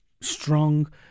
strong